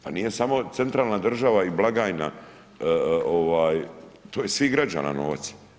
Pa nije samo centralna država i blagajna, to je svih građana novac.